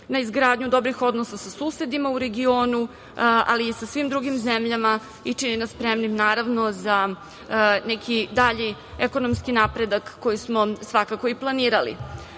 na izgradnju dobrih odnosa sa susedima u regionu, ali i sa svim drugim zemljama i čini nas spremnim, naravno, za neki dalji ekonomski napredak koji smo svakako i planirali. Kada